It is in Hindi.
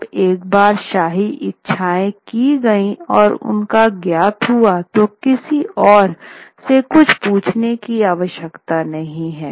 जब एक बार शाही इच्छाएँ की गईं और उनका ज्ञात हुआ तो किसी और से कुछ पूछने की आवश्यकता नहीं है